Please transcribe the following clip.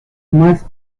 más